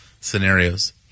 scenarios